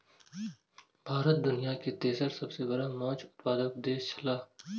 भारत दुनिया के तेसर सबसे बड़ा माछ उत्पादक देश छला